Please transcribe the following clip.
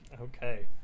Okay